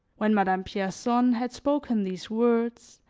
when madame pierson had spoken these words,